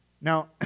Now